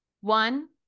One